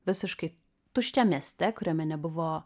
visiškai tuščiam mieste kuriame nebuvo